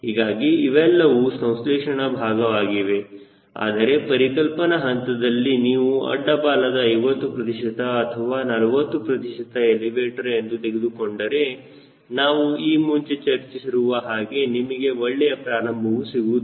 ಹೀಗಾಗಿ ಇವೆಲ್ಲವೂ ಸಂಶ್ಲೇಷಣೆಯ ಭಾಗವಾಗಿವೆ ಆದರೆ ಪರಿಕಲ್ಪನಾ ಹಂತದಲ್ಲಿ ನೀವು ಅಡ್ಡ ಬಾಲ್ಯದ 50 ಪ್ರತಿಶತ ಅಥವಾ 40 ಪ್ರತಿಶತ ಎಲಿವೇಟರ್ ಎಂದು ತೆಗೆದುಕೊಂಡರೆ ನಾವು ಈ ಮುಂಚೆ ಚರ್ಚಿಸಿರುವ ಹಾಗೆ ನಿಮಗೆ ಒಳ್ಳೆಯ ಪ್ರಾರಂಭವು ಸಿಗುತ್ತದೆ